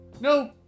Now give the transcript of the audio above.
no